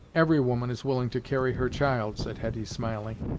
every woman is willing to carry her child, said hetty smiling,